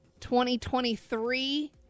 2023